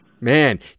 Man